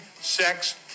sex